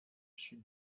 sud